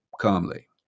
calmly